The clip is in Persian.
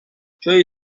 جای